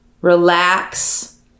Relax